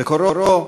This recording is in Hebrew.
בקוראו: